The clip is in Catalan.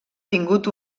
tingut